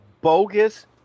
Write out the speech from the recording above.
bogus